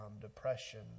depression